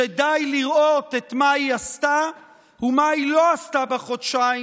שדי לראות מה היא עשתה ומה היא לא עשתה בחודשיים